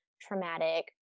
traumatic